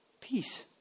Peace